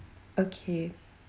okay